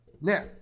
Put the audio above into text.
now